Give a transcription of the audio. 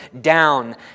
down